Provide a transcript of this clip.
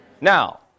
Now